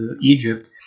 Egypt